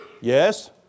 yes